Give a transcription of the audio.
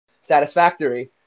satisfactory